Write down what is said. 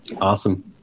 Awesome